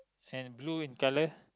and blue in color